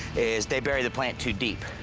is they bury the plant too deep.